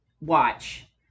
watch